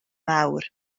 mawr